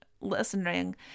listening